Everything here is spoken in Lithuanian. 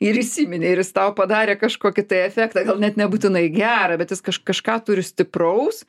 ir įsiminė ir jis tau padarė kažkokį tai efektą gal net nebūtinai gerą bet jis kažką turi stipraus